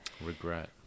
Regret